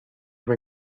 were